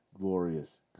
glorious